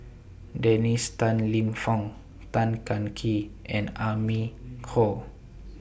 Dennis Tan Lip Fong Tan Kah Kee and Amy Khor